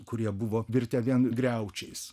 kurie buvo virtę vien griaučiais